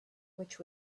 which